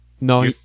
No